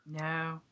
No